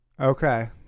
Okay